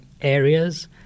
areas